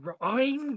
right